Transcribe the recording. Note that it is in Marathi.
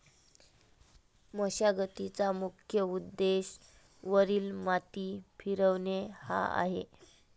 मशागतीचा मुख्य उद्देश वरील माती फिरवणे हा आहे